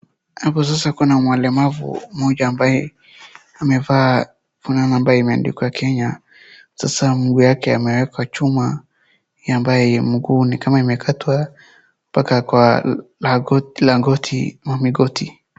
Hapa sasa kuna mlemavu mmoja ambaye amevaa kuna namba imeandikwa Kenya, sasa mguu yake amewekwa chuma ambaye mguu ni kama imekatwa mpaka kwa goti.